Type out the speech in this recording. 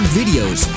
videos